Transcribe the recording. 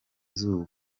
izuba